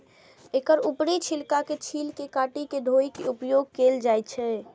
एकर ऊपरी छिलका के छील के काटि के धोय के उपयोग कैल जाए छै